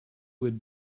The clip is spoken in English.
would